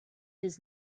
his